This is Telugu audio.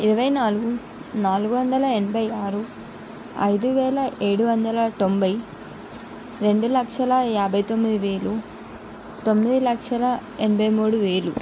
ఇరవై నాలుగు నాలుగు వందల ఎనభై ఆరు ఐదు వేల ఏడు వందల టొంబై రెండు లక్షల యాభై తొమ్మిది వేలు తొమ్మిది లక్షల ఎనభై మూడు వేలు